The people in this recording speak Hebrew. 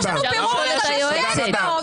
יש לנו בירור לגבי שתי הצבעות.